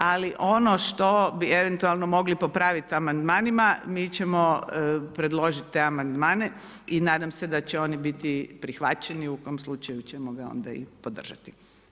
Ali ono što bi eventualno mogli popraviti amandmanima mi ćemo predložiti te amandmane i nadam se da će oni biti prihvaćeni, u tom slučaju ćemo ga onda i podržati.